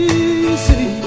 easy